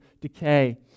decay